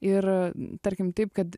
ir tarkim taip kad